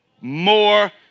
More